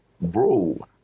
bro